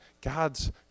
God's